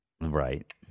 right